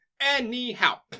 Anyhow